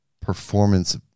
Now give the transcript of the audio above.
performance